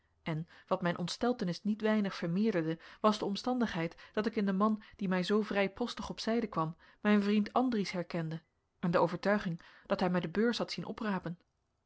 en wat mijn ontsteltenis niet weinig vermeerderde was de omstandigheid dat ik in den man die mij zoo vrijpostig op zijde kwam mijn vriend andries herkende en de overtuiging dat hij mij de beurs had zien oprapen